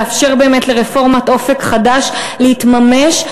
לאפשר באמת לרפורמת "אופק חדש" להתממש,